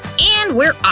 and we're off!